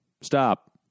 Stop